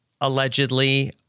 allegedly